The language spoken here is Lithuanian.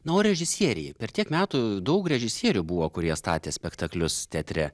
na o režisieriai per tiek metų daug režisierių buvo kurie statė spektaklius teatre